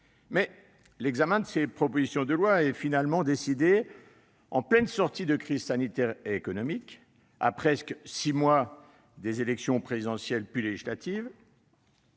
pour examiner ces propositions de loi se situe en pleine sortie de crise sanitaire et économique, à presque six mois des élections présidentielle et législatives.